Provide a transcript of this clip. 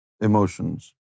emotions